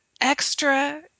extra